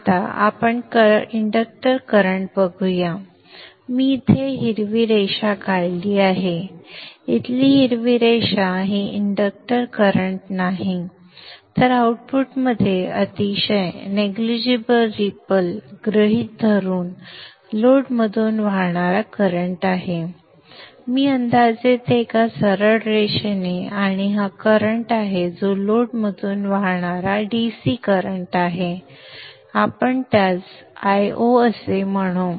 आता आपण inductor current बघूया मी इथे हिरवी रेषा काढली आहे इथली हिरवी रेषा ही इंडक्टर करंट नाही तर आउटपुटमध्ये अतिशय नेगलिजिबल रीपल गृहीत धरून लोडमधून वाहणारा करंट आहे मी अंदाजे ते एका सरळ रेषेने आणि हा करंट आहे जो लोडमधून वाहणारा DC प्रवाह आहे आपण त्यास Io असे म्हणू